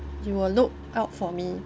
you will look out for me